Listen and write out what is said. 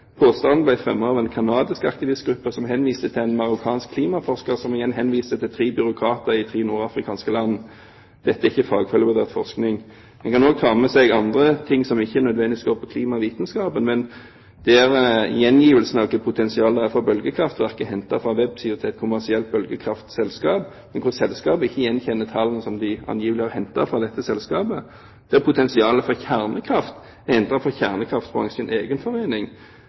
Påstanden ble fremmet av en canadisk aktivistgruppe som henviste til en marokkansk klimaforsker, som igjen henviste til tre byråkrater i tre nordafrikanske land. Dette er ikke fagfellevurdert forskning. En kan også ta med seg andre ting, som ikke nødvendigvis går på klimavitenskapen: Gjengivelsen av hvilket potensial det er for bølgekraftverk er hentet fra websiden til et kommersielt bølgekraftselskap, men selskapet gjenkjenner ikke tallene som de angivelig har hentet fra dette selskapet. Potensialet for kjernekraft er hentet fra kjernekraftbransjens egen forening.